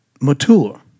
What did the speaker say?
mature